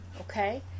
Okay